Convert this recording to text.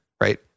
right